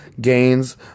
gains